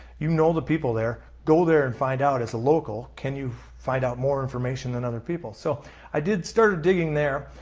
you know the people there, there, go there and find out as a local can you find out more information than other people. so i did start digging there.